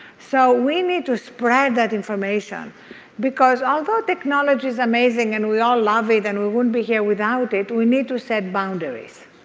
so we need to spread that information because although technology is amazing and we all love it and we wouldn't be here without it, but we need to set boundaries.